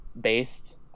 based